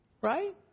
right